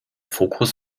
fokus